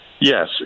Yes